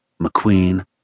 McQueen